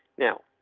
now,